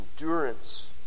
endurance